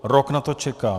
Rok na to čekám.